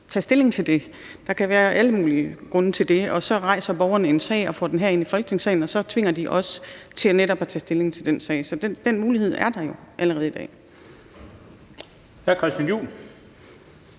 tage stilling til dem. Der kan være alle mulige grunde til det. Og så rejser borgerne en sag og får den herind i Folketingssalen, og så tvinger de os til netop at tage stilling til den sag. Så den mulighed er der jo allerede i dag. Kl. 12:04 Den fg.